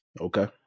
Okay